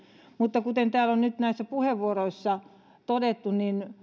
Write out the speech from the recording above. mutta kuten täällä on nyt näissä puheenvuoroissa todettu